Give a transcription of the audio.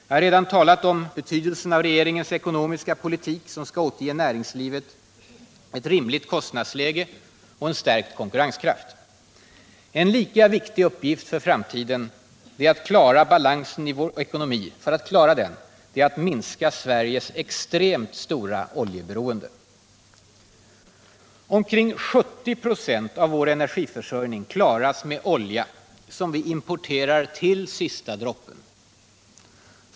Jag har redan talat om betydelsen av regeringens ekonomiska politik som skall återge näringslivet ett rimligt kostnadsläge och en stärkt konkurrenskraft. En lika viktig uppgift för att för framtiden klara balansen i vår ekonomi är att minska Sveriges extremt stora oljeberoende. Omkring 70 96 av vår energiförsörjning klaras med olja, som vi importerar till sista droppen.